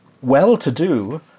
well-to-do